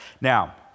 Now